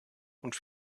und